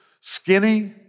skinny